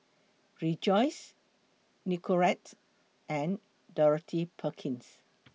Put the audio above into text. Rejoice Nicorette and Dorothy Perkins